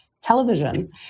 television